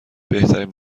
بهترین